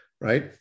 right